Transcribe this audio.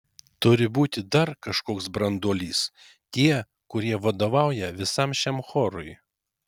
turi būti dar kažkoks branduolys tie kurie vadovauja visam šiam chorui